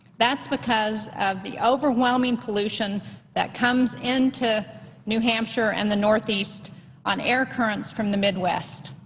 that's because of the overwhelming pollution that comes into new hampshire and the northeast on air currents from the midwest.